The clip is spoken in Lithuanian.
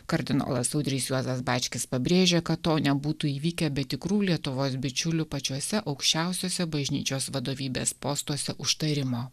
kardinolas audrys juozas bačkis pabrėžė kad to nebūtų įvykę bet tikrų lietuvos bičiulių pačiuose aukščiausiuose bažnyčios vadovybės postuose užtarimo